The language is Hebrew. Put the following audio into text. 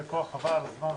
כזה כוח - חבל על הזמן...